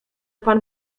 pan